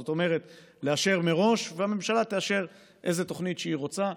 זאת אומרת לאשר מראש והממשלה תאשר איזו תוכנית שהיא רוצה.